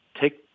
take